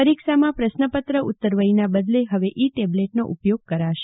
પરીક્ષામાં પ્રશ્નપત્ર ઉત્તરવહીના બદલે હવે ઇ ટેબલેટનો ઉપયોગ થશે